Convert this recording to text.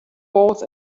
both